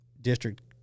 district